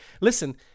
Listen